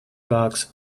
box